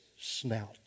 snout